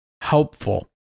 helpful